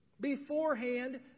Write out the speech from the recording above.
beforehand